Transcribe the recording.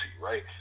right